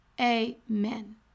Amen